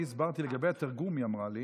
אני הסברתי, לגבי התרגום, היא אמרה לי,